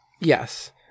Yes